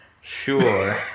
sure